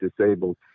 disabled